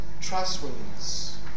trustworthiness